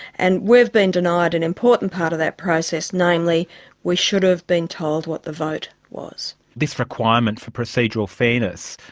and we've been denied an important part of that process, namely we should have been told what the vote was. this requirement for procedural fairness,